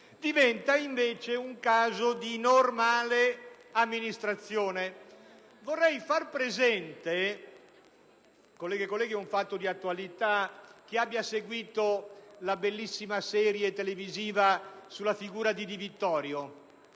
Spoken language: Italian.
diventa invece un caso di normale amministrazione. Vorrei far presente, colleghe e colleghi, un fatto di attualità. Credo che la bellissima serie televisiva sulla figura di Di Vittorio